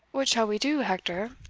what shall we do, hector?